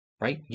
right